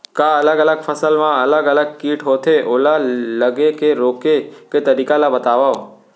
का अलग अलग फसल मा अलग अलग किट होथे, ओला लगे ले रोके के तरीका ला बतावव?